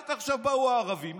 רק עכשיו באו הערבים,